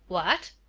what?